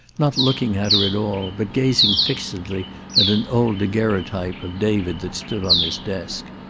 not looking at her at all, but gazing fixedly at an old daguerreotype of david that stood on his desk.